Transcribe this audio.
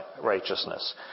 righteousness